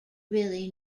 really